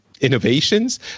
innovations